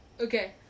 Okay